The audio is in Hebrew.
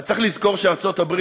צריך לזכור שארצות הברית,